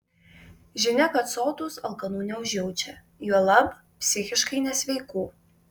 žinia kad sotūs alkanų neužjaučia juolab psichiškai nesveikų